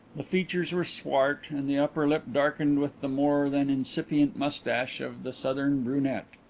the features were swart and the upper lip darkened with the more than incipient moustache of the southern brunette.